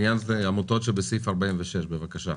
לעניין העמותות שבסעיף 46, בבקשה.